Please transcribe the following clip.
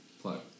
Plug